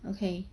okay